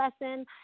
lesson